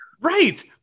right